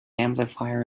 amplifier